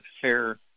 fair